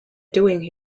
doing